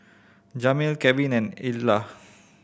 Jamil Kevin and Edla